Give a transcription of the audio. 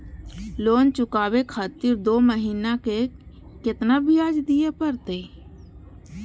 Loan चुकाबे खातिर दो महीना के केतना ब्याज दिये परतें?